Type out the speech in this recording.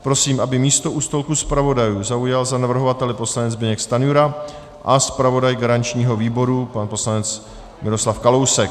Prosím, aby místo u stolku zpravodajů zaujal za navrhovatele poslanec Zbyněk Stanjura a zpravodaj garančního výboru pan poslanec Miroslav Kalousek.